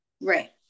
Right